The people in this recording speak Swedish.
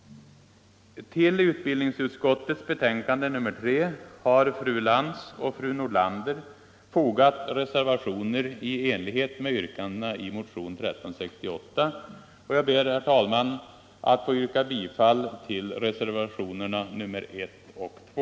1368, och jag ber, herr talman, att få yrka bifall till reservationerna 1 och 2.